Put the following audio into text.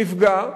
נפגע,